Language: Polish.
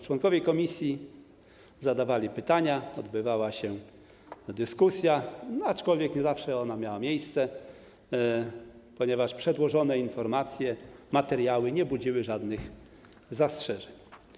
Członkowie komisji zadawali pytania, odbywała się dyskusja, aczkolwiek nie zawsze ona miała miejsce, ponieważ przedłożone informacje, materiały nie budziły żadnych zastrzeżeń.